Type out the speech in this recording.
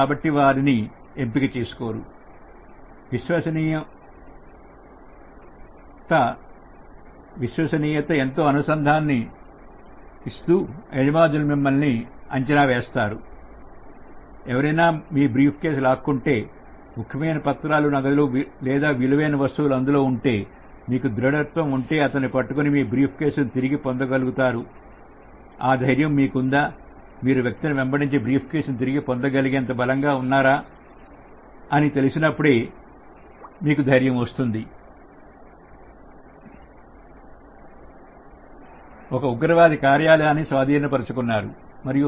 కాబట్టి అట్టి వారిని ఎంపిక చేసుకోరు విశ్వసనీయ ఎంతో అనుసంధానిస్తూ యజమానులు మిమ్మల్ని అంచనా వేస్తారు ఎవరైనా మీ బ్రీఫ్కే కేసును లాక్కుంటే ముఖ్యమైన పత్రాలు నగదు లేదా విలువైన వస్తువులు అందులో ఉంటే మీకు దృఢత్వం ఉంటే అతనిని పట్టుకొని మీ బ్రీఫ్ కేసును తిరిగి పొందగలుగుతారు ధైర్యం మీకుందా మీరు వ్యక్తిని వెంబడించి బ్రీఫ్ కేసును తిరిగి పొందగలిగితే బలంగా ఉన్నారని మీకు తెలిసినప్పుడే ధైర్యం వస్తుంది ఒక ఉగ్రవాది కార్యాలయాన్ని స్వాధీనపరుచుకున్నారు మరియు